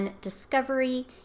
discovery